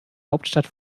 hauptstadt